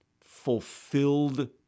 fulfilled